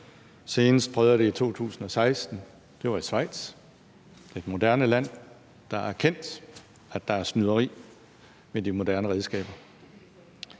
Senest prøvede jeg det i 2016 – det var i Schweiz, et moderne land, der har erkendt, at der foregår snyderi med de moderne redskaber.